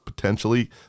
potentially